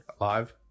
live